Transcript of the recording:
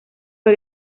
fue